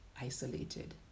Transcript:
isolated